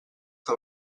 que